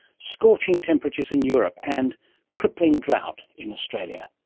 scorching temperatures in europe and crippling drought in australia.